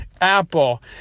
Apple